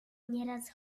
nieraz